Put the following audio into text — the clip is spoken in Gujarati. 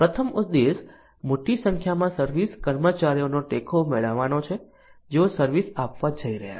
પ્રથમ ઉદ્દેશ મોટી સંખ્યામાં સર્વિસ કર્મચારીઓનો ટેકો મેળવવાનો છે જેઓ સર્વિસ આપવા જઈ રહ્યા છે